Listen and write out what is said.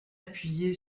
appuyée